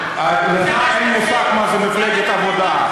לך אין מושג מה זה מפלגת העבודה.